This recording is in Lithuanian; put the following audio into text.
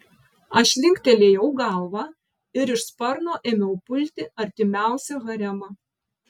aš linktelėjau galvą ir iš sparno ėmiau pulti artimiausią haremą